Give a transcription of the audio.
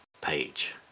page